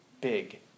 Big